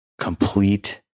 complete